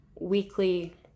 weekly